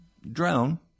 Drown